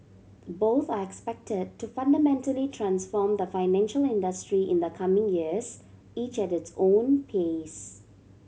both are expected to fundamentally transform the financial industry in the coming years each at its own pace